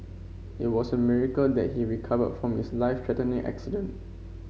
it was a miracle that he recovered from his life threatening accident